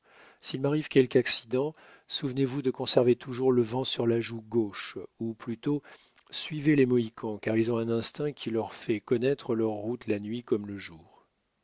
s'il m'arrive quelque accident souvenez-vous de conserver toujours le vent sur la joue gauche ou plutôt suivez les mohicans car ils ont un instinct qui leur fait connaître leur route la nuit comme le jour